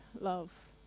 love